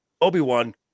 Obi-Wan